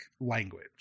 language